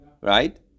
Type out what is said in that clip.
right